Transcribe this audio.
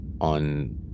on